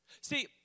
See